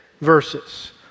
verses